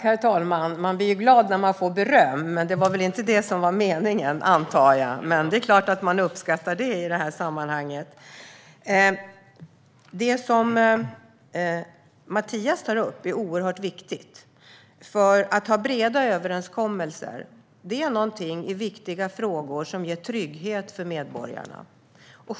Herr talman! Man blir glad när man får beröm. Det var väl inte det som var meningen, antar jag. Men det är klart att man uppskattar det i detta sammanhang. Det som Mathias tar upp är oerhört viktigt. Breda överenskommelser i viktiga frågor är någonting som ger trygghet för medborgarna.